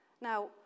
now